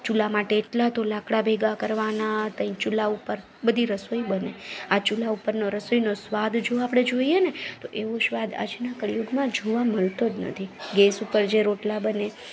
ચૂલા માટે એટલા તો લાકડા ભેગા કરવાના ત્યાં ચૂલા ઉપર બધી રસોઈ બને આ ચૂલા ઉપરનો રસોઈનો સ્વાદ જો આપણે જોઈએને તો એવો સ્વાદ આજના કળયુગમાં જોવા મળતો નથી ગેસ ઉપર જે રોટલા બને